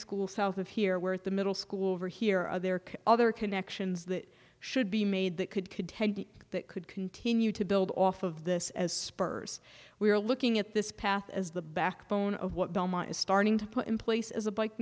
school south of here worth the middle school over here or there are other connections that should be made that could contend that could continue to build off of this as spurs we're looking at this path as the backbone of what belmont is starting to put in place as a bike